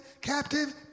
captive